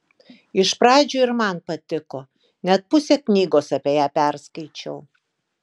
iš pradžių ir man patiko net pusę knygos apie ją perskaičiau